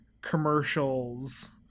commercials